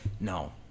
No